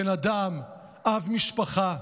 בן אדם, אב משפחה.